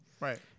Right